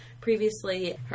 previously